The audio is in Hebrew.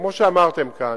כמו שאמרתם כאן,